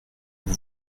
vous